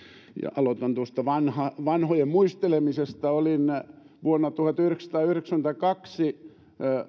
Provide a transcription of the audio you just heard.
aloitan tuosta vanhojen muistelemisesta olin vuonna tuhatyhdeksänsataayhdeksänkymmentäkaksi